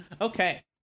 okay